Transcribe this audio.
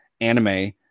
anime